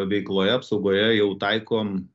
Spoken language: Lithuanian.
veikloje apsaugoje jau taikom